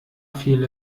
fiel